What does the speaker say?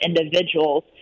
individuals